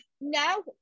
no